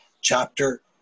chapter